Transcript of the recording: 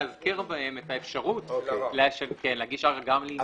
לאזכר בהם את האפשרות להגיש ערר גם לעניין הימים.